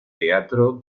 teatro